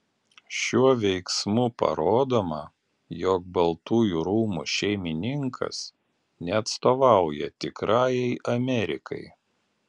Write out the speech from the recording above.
šiuo veiksmu parodoma jog baltųjų rūmų šeimininkas neatstovauja tikrajai amerikai